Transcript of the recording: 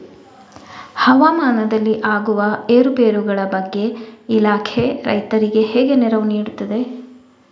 ಹವಾಮಾನದಲ್ಲಿ ಆಗುವ ಏರುಪೇರುಗಳ ಬಗ್ಗೆ ಇಲಾಖೆ ರೈತರಿಗೆ ಹೇಗೆ ನೆರವು ನೀಡ್ತದೆ?